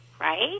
right